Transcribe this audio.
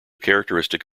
characteristic